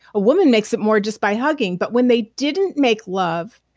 a woman makes it more just by hugging, but when they didn't make love,